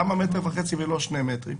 למה מטר וחצי ולא שני מטרים?